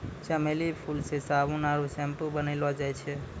चमेली फूल से साबुन आरु सैम्पू बनैलो जाय छै